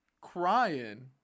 crying